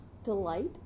Delight